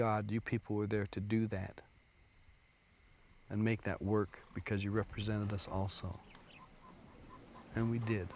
god you people were there to do that and make that work because you represented us also and we did